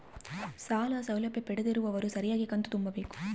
ಸಾಲ ಸೌಲಭ್ಯ ಪಡೆದಿರುವವರು ಸರಿಯಾಗಿ ಕಂತು ತುಂಬಬೇಕು?